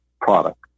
product